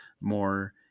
more